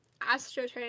Astrotrain